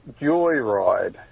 Joyride